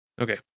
Okay